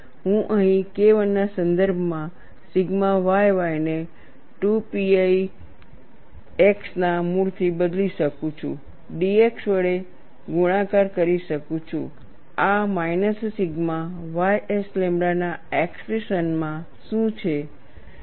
અને હું KI ના સંદર્ભમાં સિગ્મા yy ને 2 pi x ના મૂળથી બદલી શકું છું dx વડે ગુણાકાર કરી શકું છું આ માઇનસ સિગ્મા ys લેમ્બડા ના એક્સપ્રેશન માં શું છે